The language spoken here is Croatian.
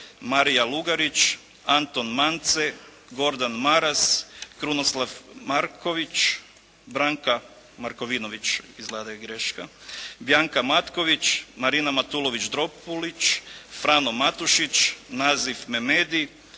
Marija Lugarić, Anton Mance, Gordan Maras, Krunoslav Markovinović, Bjanka Matković, Marina Matulović Dropulić, Frano Matušić, Nazif Memedi,